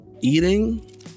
Eating